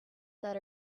that